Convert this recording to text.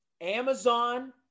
Amazon